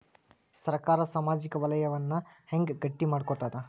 ಸರ್ಕಾರಾ ಸಾಮಾಜಿಕ ವಲಯನ್ನ ಹೆಂಗ್ ಗಟ್ಟಿ ಮಾಡ್ಕೋತದ?